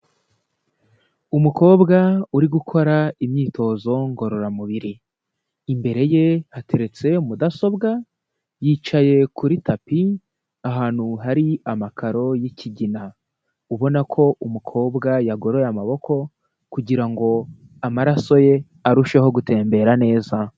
Umukobwa uri gukora imyitozo ngororamubiri, imbere ye hateretse mudasobwa, yicaye kuri tapi ahantu hari amakaro y'ikigina, ubona ko umukobwa yagoroye amaboko kugira ngo amaraso ye arusheho gutembera neza.